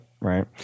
Right